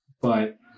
But-